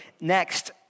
Next